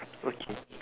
okay